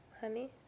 honey